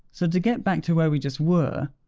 so to get back to where we just were,